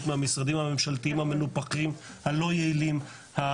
מהמשרדים הממשלתיים המנופחים הלא יעילים,